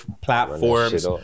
platforms